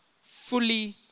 fully